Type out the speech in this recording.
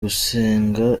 gusenga